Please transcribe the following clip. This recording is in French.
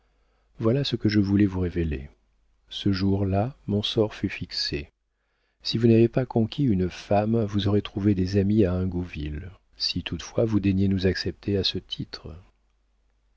voilà ce que je voulais vous révéler ce jour-là mon sort fut fixé si vous n'avez pas conquis une femme vous aurez trouvé des amis à ingouville si toutefois vous daignez nous accepter à ce titre